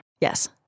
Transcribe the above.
Yes